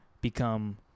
become